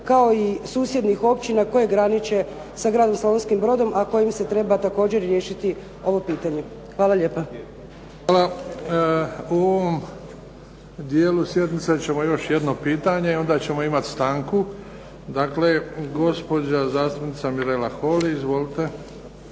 kao i susjednih općina koje graniče sa gradom Slavonskim brodom a kojim se treba također riješiti ovo pitanje. Hvala lijepa. **Bebić, Luka (HDZ)** Hvala. U ovom dijelu sjednice ćemo još jedno pitanje i onda ćemo imati stanku. Dakle, gospođa zastupnica Mirela Holy izvolite.